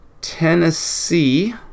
Tennessee